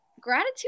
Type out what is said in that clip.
gratitude